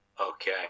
Okay